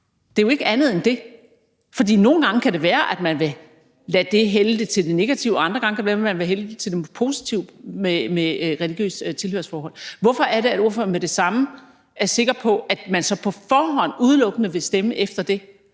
Det er jo ikke andet end det. For nogle gange kan det være, at det gør, at man vil lade det religiøse tilhørsforhold hælde til den negative side, og andre gange kan det være, at man vil lade det hælde til den positive side. Hvorfor er det, at ordføreren med det samme er sikker på, at man så på forhånd udelukkende vil stemme efter det?